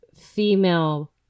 female